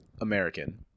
american